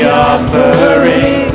offering